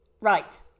Right